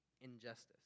injustice